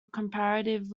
comparative